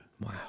Wow